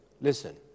listen